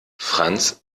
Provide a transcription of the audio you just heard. franz